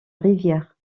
rivière